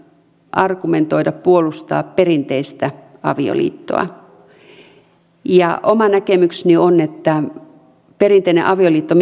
argumentoida ja puolustaa perinteistä avioliittoa oma näkemykseni on että jos perinteinen avioliitto